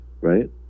right